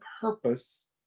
purpose